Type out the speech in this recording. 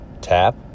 tap